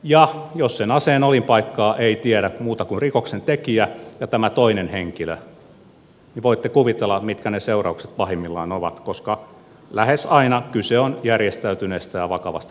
ja jos sen aseen olinpaikkaa ei tiedä muu kuin rikoksentekijä ja tämä toinen henkilö niin voitte kuvitella mitkä ne seuraukset pahimmillaan ovat koska lähes aina kyse on järjestäytyneestä ja vakavasta rikollisuudesta